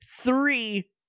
three